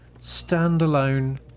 standalone